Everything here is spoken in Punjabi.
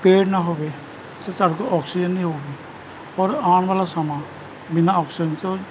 ਪੇੜ ਨਾ ਹੋਵੇ ਤਾਂ ਸਾਡੇ ਕੋਲ ਆਕਸੀਜਨ ਨਹੀਂ ਹੋਊਗੀ ਔਰ ਆਉਣ ਵਾਲਾ ਸਮਾਂ ਬਿਨ੍ਹਾਂ ਆਕਸੀਜਨ ਤੋਂ